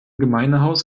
gemeindehaus